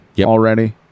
already